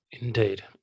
indeed